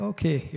Okay